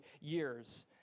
years